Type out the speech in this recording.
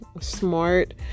Smart